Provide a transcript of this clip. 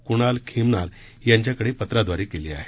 कुणाल खेमणार यांच्याकडे पत्राद्वारे केली आहे